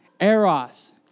Eros